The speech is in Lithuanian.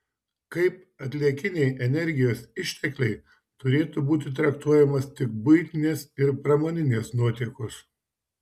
kaip atliekiniai energijos ištekliai turėtų būti traktuojamos tik buitinės ir pramoninės nuotėkos